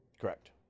Correct